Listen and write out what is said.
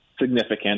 Significant